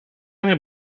nie